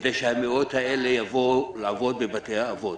כדי שהמאות האלה יבואו לעבוד בבתי אבות?